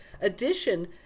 addition